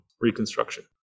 reconstruction